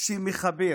שמחבר